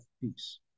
peace